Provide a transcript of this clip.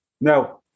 now